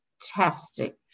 Fantastic